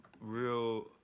real